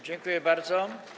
Dziękuję bardzo.